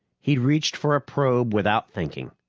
he'd reached for a probe without thinking.